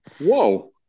whoa